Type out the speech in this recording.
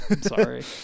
sorry